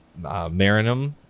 Marinum